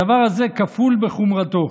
הדבר הזה כפול בחומרתו.